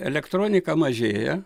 elektronika mažėja